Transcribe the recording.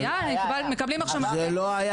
אדוני זה היה --- זה לא היה